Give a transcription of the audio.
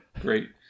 Great